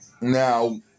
Now